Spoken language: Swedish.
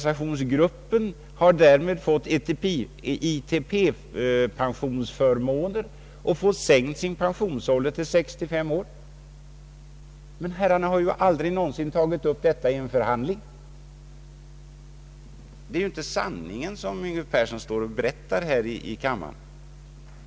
LO-gruppen har därmed fått ITP-förmåner och sänkt pensionsålder till 65 år. Men herrarna har ju aldrig någonsin tagit upp detta i en förhandling! Det är ju inte sanningen som herr Yngve Persson står och berättar här i kammaren.